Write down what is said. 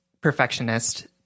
perfectionist